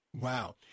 Wow